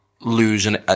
losing